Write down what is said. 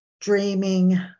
dreaming